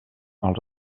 els